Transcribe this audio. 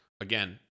Again